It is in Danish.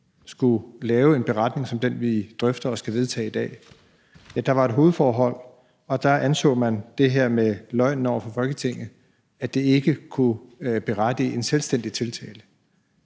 skulle lave en beretning som den, vi drøfter og skal vedtage i dag, var der et hovedformål, og da anså man, at det her med løgnen over for Folketinget ikke kunne berettige en selvstændig tiltale.